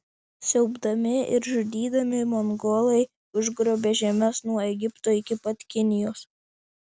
siaubdami ir žudydami mongolai užgrobė žemes nuo egipto iki pat kinijos